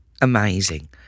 Amazing